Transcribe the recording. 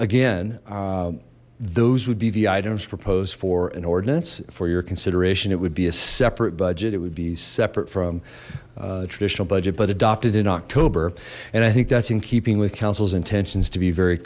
again those would be the items proposed for an ordinance for your consideration it would be a separate budget it would be separate from a traditional budget but adopted in october and i think that's in keeping with counsels intentions to be very